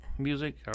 music